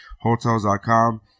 hotels.com